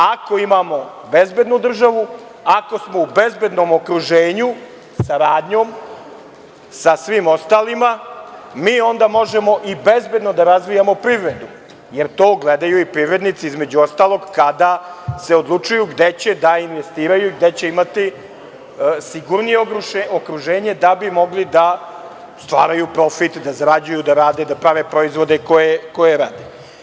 Ako imamo bezbednu državu, ako smo u bezbednom okruženju, saradnjom sa svima ostalima, mi onda možemo i bezbedno da razvijamo i privredu, jer to gledaju i privrednici, između ostalog, kada se odlučuje gde će da investiraju i gde će imati sigurnije okruženje da bi mogli da stvaraju profit, da zarađuju, da rade, da prave proizvode koje rade.